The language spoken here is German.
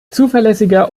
zuverlässiger